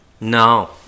no